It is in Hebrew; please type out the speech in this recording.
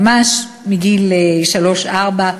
ממש מגיל שלוש-ארבע.